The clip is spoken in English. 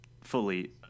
fully